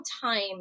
time